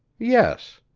yes.